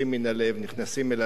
נכנסים אל הלב.